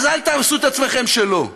אז אל תעשו את עצמכם שלא.